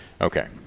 Okay